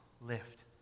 lift